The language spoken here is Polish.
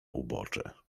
ubocze